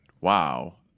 wow